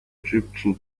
egyptian